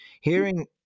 hearing